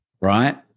Right